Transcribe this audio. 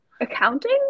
Accounting